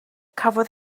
cafodd